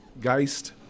Geist